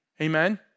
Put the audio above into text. Amen